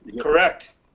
Correct